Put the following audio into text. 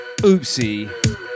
Oopsie